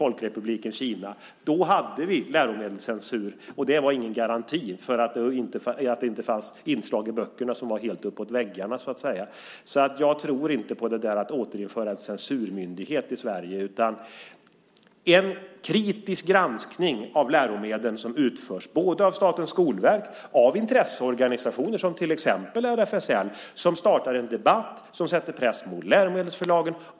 Då fanns det läromedelscensur, men det var ingen garanti för att det inte skulle finnas inslag i böckerna som var helt uppåt väggarna. Jag tror inte på idén om att återinföra en censurmyndighet i Sverige. Ett bra system innebär att en kritisk granskning av läromedel som utförs både av Skolverket och av intresseorganisationer som RFSL, som startar en debatt, sätter press på läromedelsförlagen.